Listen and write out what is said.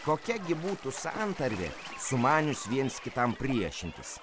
kokia gi būtų santarvė sumanius viens kitam priešintis